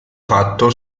fatto